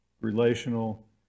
relational